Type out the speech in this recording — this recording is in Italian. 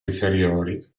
inferiori